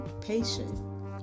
patient